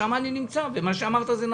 שם אני נמצא, ומה שאמרת זה נכון.